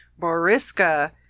Boriska